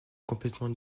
complètement